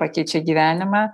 pakeičia gyvenimą